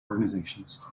organizations